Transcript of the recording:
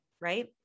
right